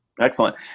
Excellent